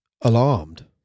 alarmed